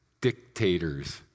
dictators